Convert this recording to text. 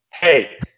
Hey